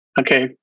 okay